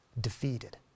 defeated